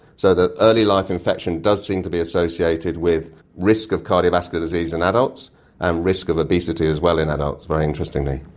so that early life infection does seem to be associated with the risk of cardiovascular disease in adults and risk of obesity as well in adults, very interestingly.